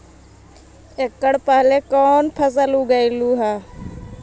एकड़ पहले कौन फसल उगएलू हा?